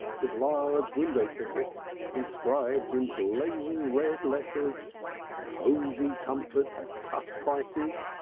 with large window tickets inscribed in blazing red letters cosy comfort at cut prices,